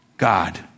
God